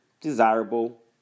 desirable